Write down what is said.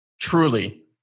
truly